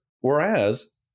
Whereas